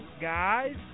Guys